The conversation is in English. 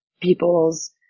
people's